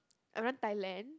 alone Thailand